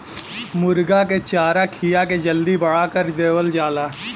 मुरगा के चारा खिया के जल्दी बड़ा कर देवल जाला